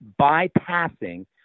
bypassing